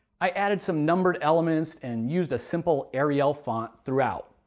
i added some numbered elements and used a simple arial font throughout.